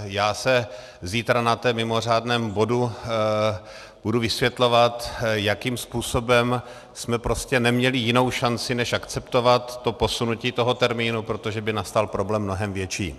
Já zítra na tom mimořádném bodu budu vysvětlovat, jakým způsobem jsme prostě neměli jinou šanci než akceptovat posunutí toho termínu, protože by nastal problém mnohem větší.